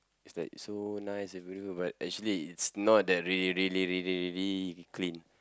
it's like so nice and beautiful but actually it's not that really really really really clean